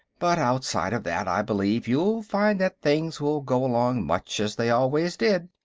but outside of that i believe you'll find that things will go along much as they always did.